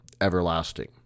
everlasting